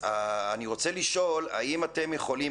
אני רוצה לשאול האם אתם יכולים,